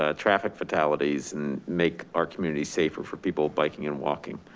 ah traffic fatalities and make our community safer for people biking and walking.